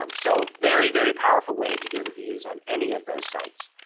um so very, very powerful way to get reviews on any of those sites.